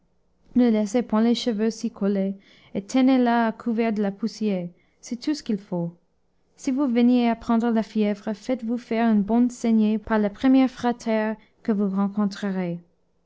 ne laissez point les cheveux s'y coller et tenez la à couvert de la poussière c'est tout ce qu'il faut si vous veniez à prendre la fièvre faites-vous faire une bonne saignée par le premier frater que vous rencontrerez